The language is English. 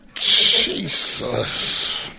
Jesus